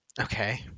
okay